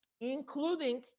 including